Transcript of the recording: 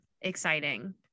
exciting